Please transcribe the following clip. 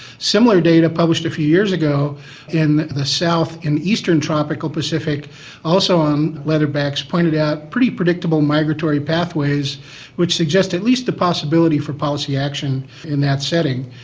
similar data published a few years ago in the south and eastern tropical pacific also on leatherbacks pointed out pretty predictable migratory pathways which suggest at least the possibility for policy action in that setting.